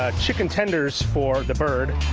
ah chicken tenders for the bird,